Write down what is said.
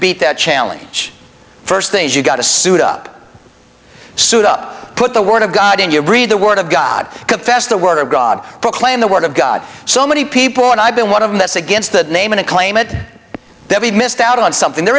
beat that challenge first thing is you've got to suit up suit up put the word of god in you read the word of god confess the word of god proclaim the word of god so many people and i've been one of them that's against that name and claim it that he missed out on something there